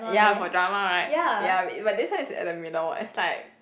ya for drama right ya but this one is at the middle one is like